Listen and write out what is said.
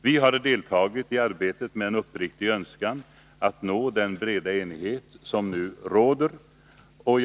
Vi har deltagit i arbetet med en uppriktig önskan att nå den breda enighet som nu råder. Fru talman!